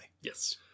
Yes